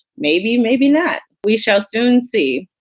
maybe. maybe not. we shall soon see.